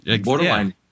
borderline